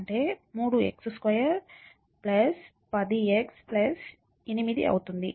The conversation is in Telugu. అంటే 3 x2 10 x 8 అవుతుంది